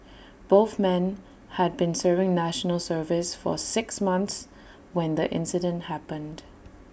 both men had been serving National Service for six months when the incident happened